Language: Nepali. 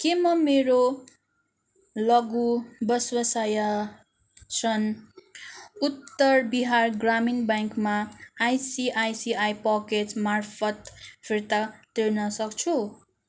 के म मेरो लघु व्यवसाय ऋण उत्तर बिहार ग्रामीण ब्याङ्कमा आइसिआइसिआई पकेटमार्फत फिर्ता तिर्न सक्छु